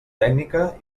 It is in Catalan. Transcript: tècnica